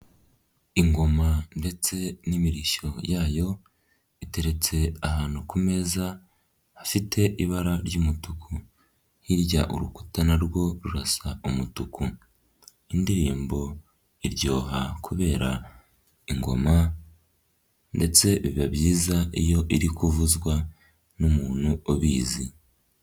Ingoma ndetse n'imirishyo yayo iteretse ahantu ku meza, hafite ibara ry'umutuku. hirya urukuta na rwo rurasa umutuku, indirimbo iryoha kubera ingoma ndetse biba byiza iyo iri kuvuzwa n'umuntu ubizi.